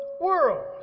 world